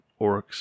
orcs